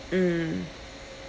mm